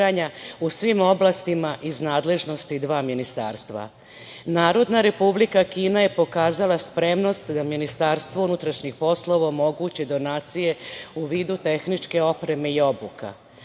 u svim oblastima iz nadležnosti dva ministarstva. Narodna Republika Kina je pokazala spremnost da Ministarstvu unutrašnjih poslova omogući donacije u vidu tehničke opreme i obuka. Naša